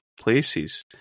places